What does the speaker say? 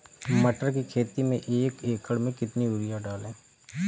मटर की खेती में एक एकड़ में कितनी यूरिया डालें?